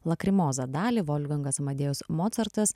lakrimoza dalį volfgangas amadėjus mocartas